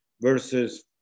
versus